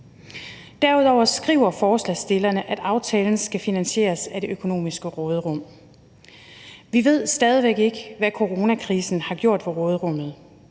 Derudover skriver forslagsstillerne, at aftalen skal finansieres af det økonomiske råderum. Vi ved stadig væk ikke, hvad coronakrisen har gjort ved råderummet.